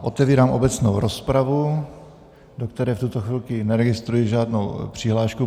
Otevírám obecnou rozpravu, do které v tuto chvíli neregistruji žádnou přihlášku.